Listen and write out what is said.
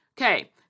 Okay